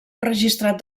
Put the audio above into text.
registrat